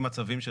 מה, מה?